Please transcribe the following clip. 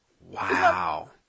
Wow